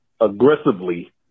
Aggressively